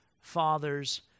father's